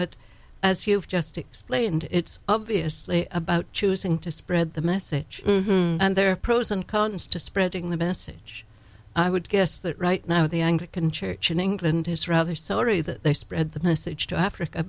but as you've just explained it's obviously about choosing to spread the message and there are pros and cons to spreading the message i would guess that right now the anglican church in england has rather sorry that they spread the message to africa